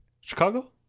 Chicago